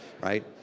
right